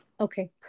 Okay